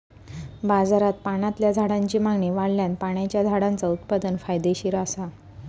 बाजारात पाण्यातल्या झाडांची मागणी वाढल्यान पाण्याच्या झाडांचा उत्पादन फायदेशीर असा